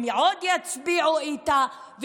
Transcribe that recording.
הם עוד יצביעו איתה,